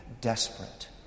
desperate